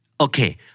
Okay